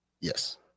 Yes